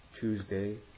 Tuesday